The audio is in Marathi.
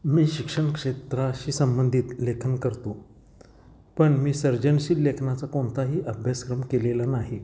मी शिक्षण क्षेत्राशी संबंधित लेखन करतो पण मी सर्जनशील लेखनाचा कोणताही अभ्यासक्रम केलेला नाही